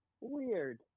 weird